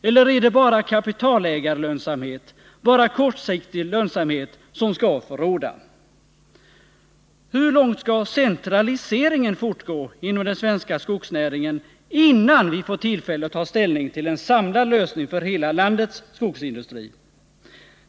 Eller är det bara kapitalägarlönsamhet, bara kortsiktig lönsamhet, som skall få råda? Hur långt skall centraliseringen fortgå inom den svenska skogsnäringen innan vi får tillfälle att ta ställning till en samlad lösning för hela landets skogsindustri?